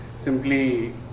simply